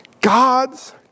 God's